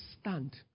stand